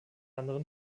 anderen